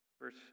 Verse